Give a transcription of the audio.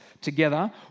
together